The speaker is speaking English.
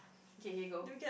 okay okay go